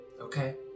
Okay